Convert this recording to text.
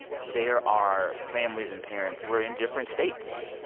there are families and parents who are in different states.